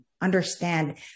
understand